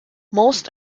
most